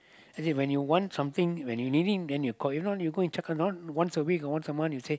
as in when you want something when you need it then you call if not you go and check on once a week or once a month you say